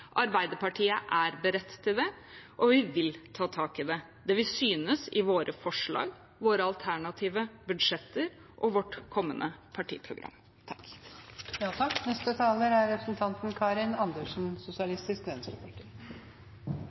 Arbeiderpartiet er beredt til det, og vi vil ta tak i det. Det vil synes i våre forslag, våre alternative budsjetter og vårt kommende partiprogram. Menneskerettighetene er ikke for festtaler, de er